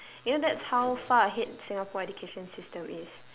you know that's how far ahead singapore education system is